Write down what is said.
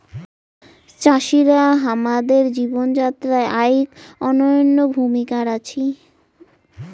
চাষিরা হামাদের জীবন যাত্রায় আইক অনইন্য ভূমিকার আছি